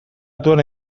batuan